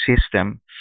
system